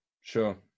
sure